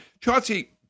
Chauncey